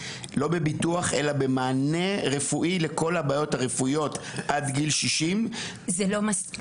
לא בביטוח אלא במענה רפואי לכל הבעיות הרפואיות עד גיל 60 ומגיל